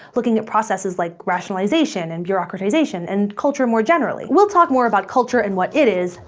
looking at processes like rationalization and bureaucratization and culture more generally. we'll talk more about culture, and what it is,